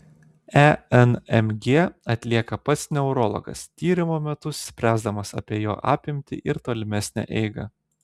enmg atlieka pats neurologas tyrimo metu spręsdamas apie jo apimtį ir tolimesnę eigą